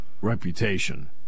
reputation